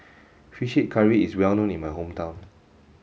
fish curry is well known in my hometown